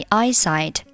eyesight